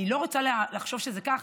אני לא רוצה לחשוב שזה כך,